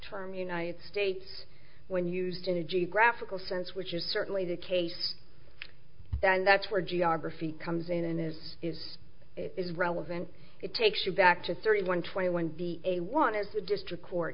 term united states when used in a geographical sense which is certainly the case and that's where geography comes in and is is is relevant it takes you back to thirty one twenty when the a one is the district court